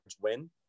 win